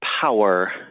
power